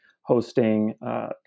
hosting